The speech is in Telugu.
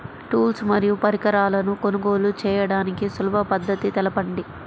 టూల్స్ మరియు పరికరాలను కొనుగోలు చేయడానికి సులభ పద్దతి తెలపండి?